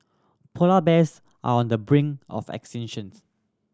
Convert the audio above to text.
polar bears are on the brink of extinctions